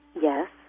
Yes